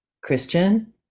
Christian